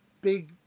big